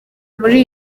muri